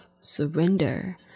surrender